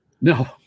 No